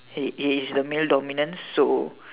he is the male dominant so